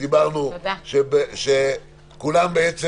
שכולם בעצם